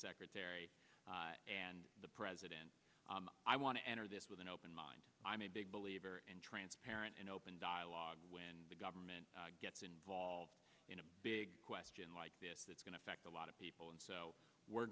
secretary and the president i want to enter this with an open mind i'm a big believer in transparent and open dialogue when the government gets involved in a big question like this it's going to affect a lot of people and so we're